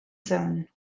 zone